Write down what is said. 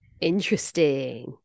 Interesting